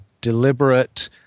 deliberate